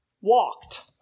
walked